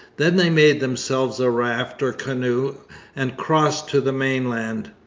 then they made themselves a raft or canoe and crossed to the mainland.